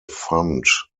fund